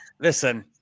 listen